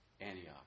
Antioch